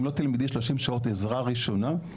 אם לא תלמדי 30 שעות עזרה ראשונה,